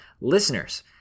listeners